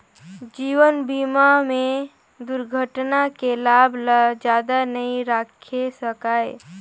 जीवन बीमा में दुरघटना के लाभ ल जादा नई राखे सकाये